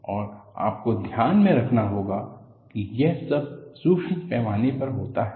और आपको ध्यान में रखना होगा कि यह सब सूक्ष्म पैमाने पर होता है